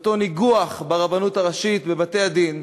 לאותו ניגוח של הרבנות הראשית ובתי-הדין,